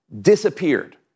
Disappeared